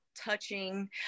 touching